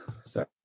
sorry